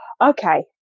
okay